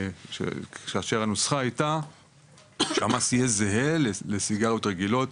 כאשר הנוסחה הייתה שהמס יהיה זהה לסיגריות רגילות